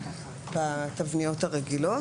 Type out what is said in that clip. בתבניות הרגילות.